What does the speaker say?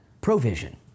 provision